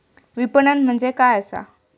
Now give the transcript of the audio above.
विपणन म्हणजे काय असा?